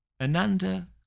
Ananda